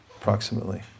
Approximately